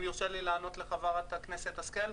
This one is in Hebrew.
אם יורשה לי לענות לחברת הכנסת השכל,